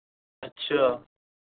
اچھا